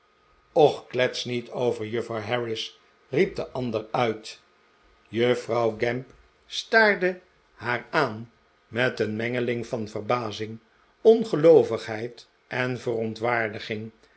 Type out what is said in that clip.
och klets niet over juffrouw harris riep de ander uit juffrouw gamp staarde haar aan met een mengeling van verbazing ongeloovigheid en verontwaardiging